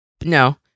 no